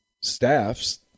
staffs